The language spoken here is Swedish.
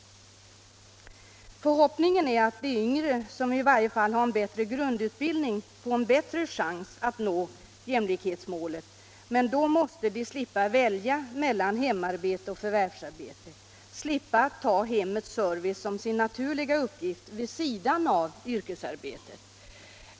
Förhoppningen är att de yngre, som i varje fall har en bättre grundutbildning, får en större chans att nå jämlikhetsmålet, men då måste de slippa välja mellan hemarbete och förvärvsarbete, slippa att ta hemmets service som sin naturliga uppgift vid sidan av yrkesarbetet.